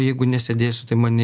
jeigu nesėdėsiu tai mane